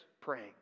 praying